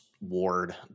ward